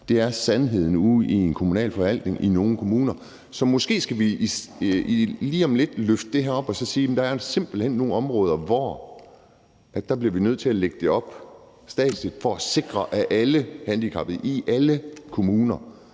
det er sandheden ude i en kommunal forvaltning i nogle kommuner. Så måske skal vi lige om lidt løfte det her op og så sige, at der simpelt hen er nogle områder, som vi bliver nødt til at lægge op statsligt for at sikre, at alle handicappede i alle kommuner